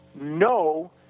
No